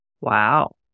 wow